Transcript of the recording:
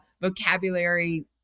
vocabulary